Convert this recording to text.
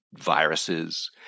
viruses